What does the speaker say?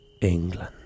England